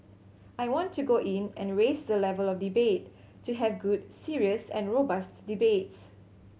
I want to go in and raise the level of debate to have good serious and robust debates